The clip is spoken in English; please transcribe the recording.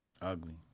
ugly